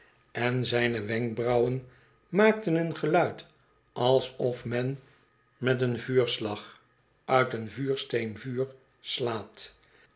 en zijne wenkbrauwen maakten een geluid alsof men met een vuurslag uit een vuursteen vuur slaat